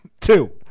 two